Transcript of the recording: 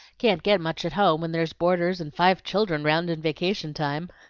can't get much at home, when there's boarders and five children round in vacation time.